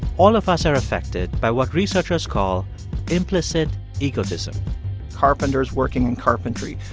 all of us are affected by what researchers call implicit egotism carpenters working in carpentry.